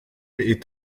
est